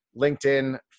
LinkedIn